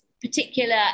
particular